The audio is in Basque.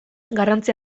garrantzi